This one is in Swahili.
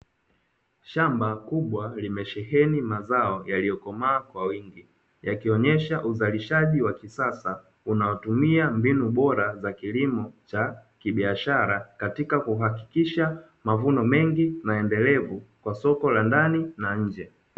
Shamba kubwa limesheheni mazao yaliyokomaa kwa wingi, yakionyesha uzalishaji wa kisasa, unaotumia mbinu bora za kilimo cha kibiashara, katika kuhakikisha mavuno mengi na endelevu kwa soko la ndani na nje.